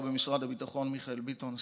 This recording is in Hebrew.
הביטחון מיכאל ביטון,